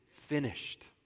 finished